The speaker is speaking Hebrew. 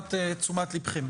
לתשומת ליבכם.